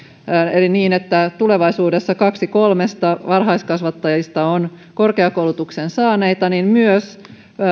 niin että tulevaisuudessa kaksi kolmesta varhaiskasvattajasta on korkeakoulutuksen saaneita niin myös